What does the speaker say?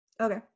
Okay